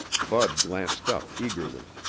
bud glanced up eagerly.